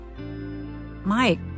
Mike